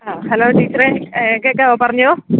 ആ ഹലോ ടീച്ചറെ കേൾക്കാമോ പറഞ്ഞോ